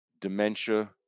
dementia